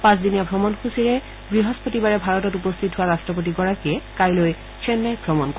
পাঁচদিনীয়া ভ্ৰমণ সূচীৰে বৃহস্পতিবাৰে ভাৰতত উপস্থিত হোৱা ৰাষ্টপতিগৰাকীয়ে কাইলৈ চেন্নাই ভ্ৰমণ কৰিব